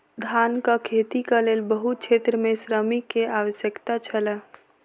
धानक खेतीक लेल बहुत क्षेत्र में श्रमिक के आवश्यकता छल